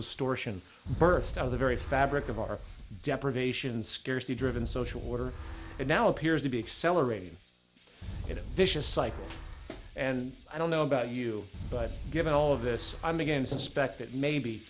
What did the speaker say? distortion burst out of the very fabric of our deprivations scarcity driven social order and now appears to be accelerated in a vicious cycle and i don't know about you but given all of this i'm again suspect that maybe